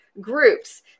groups